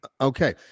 Okay